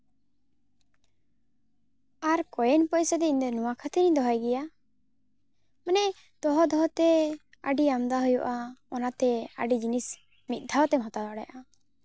ᱟᱨ ᱠᱚᱭᱮᱱ ᱯᱚᱭᱥᱟ ᱫᱚ ᱤᱧ ᱫᱚ ᱱᱚᱣᱟ ᱠᱷᱟᱹᱛᱤᱨ ᱤᱧ ᱫᱚᱦᱚᱭ ᱜᱮᱭᱟ ᱢᱟᱱᱮ ᱫᱚᱦᱚ ᱫᱚᱦᱚᱛᱮ ᱟᱹᱰᱤ ᱟᱢᱫᱟ ᱦᱩᱭᱩᱜᱼᱟ ᱚᱱᱟᱛᱮ ᱟᱹᱰᱤ ᱡᱤᱱᱤᱥ ᱢᱤᱫ ᱫᱷᱟᱣᱛᱮᱢ ᱦᱟᱛᱟᱣ ᱫᱟᱲᱮᱭᱟᱜᱼᱟ